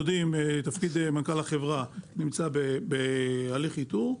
כמו שאתם יודעים תפקיד מנכ"ל החברה נמצא בהליך איתור.